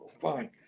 Fine